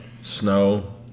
snow